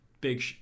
big